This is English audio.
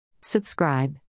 Subscribe